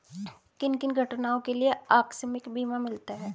किन किन घटनाओं के लिए आकस्मिक बीमा मिलता है?